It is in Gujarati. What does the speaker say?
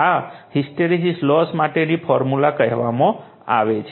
આ હિસ્ટેરેસીસ લોસ માટેની ફોર્મ્યુલા કહેવામાં આવે છે